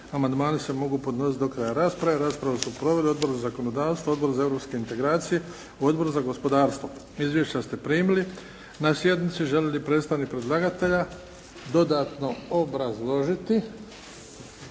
Amandmani se mogu podnositi do kraja rasprave. Raspravu su proveli Odbor za zakonodavstvo, Odbor za europske integracije, Odbor za gospodarstvo. Izvješća ste primili na sjednici. Želi li predstavnik predlagatelja dodatno obrazložiti?